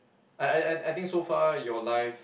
I I I think so far your life